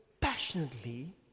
passionately